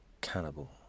cannibal